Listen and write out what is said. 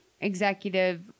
executive